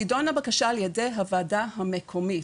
תידונה בקשה על-ידי הוועדה המקומית,